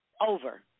Over